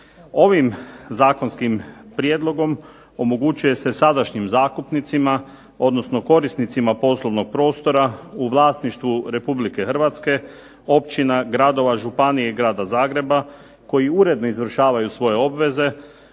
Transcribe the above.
Ovim zakonskim prijedlogom omogućuje se sadašnjim zakupnicima odnosno korisnicima poslovnog prostora u vlasništvu Republike Hrvatske općina, gradova i županija i Grada Zagreba koji uredno izvršavaju svoje obveze